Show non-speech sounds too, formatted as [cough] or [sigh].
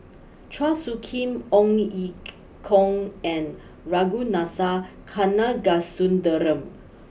Chua Soo Khim Ong Ye [noise] Kung and Ragunathar Kanagasuntheram